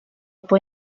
poi